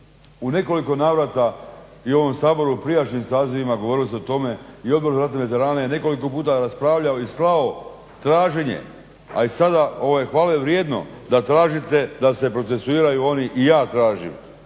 U nekoliko navrata u ovom Saboru i u prijašnjim sazivima govorilo se o tome i Odbor za ratne veterane je nekoliko puta raspravljao i slao traženje a i sada. ovo je hvale vrijedno da tražite da se procesuiraju oni, i ja tražim,